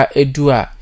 edua